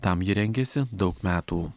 tam ji rengėsi daug metų